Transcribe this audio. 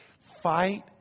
Fight